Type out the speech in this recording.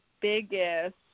biggest